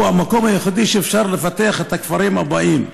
המקום היחידי שאפשר לפתח בו את הכפרים הבאים: